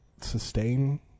sustain